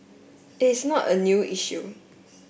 it is not a new issue